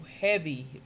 heavy